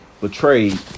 betrayed